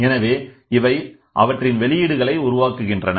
எனவே இவை அவற்றின் வெளியீடுகளை உருவாக்குகின்றன